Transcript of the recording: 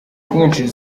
kumwicira